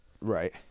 Right